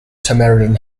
samaritan